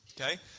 Okay